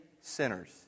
sinners